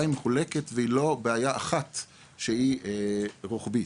היא מחולקת והיא לא בעיה אחת שהיא רוחבית,